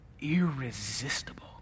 irresistible